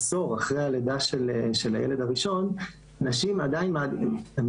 עשור אחרי הלידה של הילד הראשון נשים בוחרות